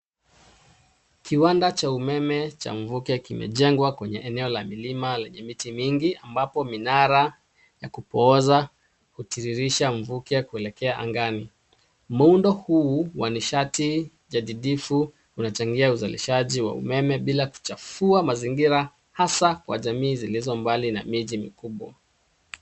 Kiwanda cha umeme cha mvuke kimejengwa kwenye eneo la mlima lenye miti mingi ambapo minara ya kupooza hutiririsha mvuke kuelekea angani. Muundo huu wa nishati jajidifu unachangia uzalishaji wa umeme bila kuchafua mazingira hasa kwa jamii zilizo mbali na miji mikubwa .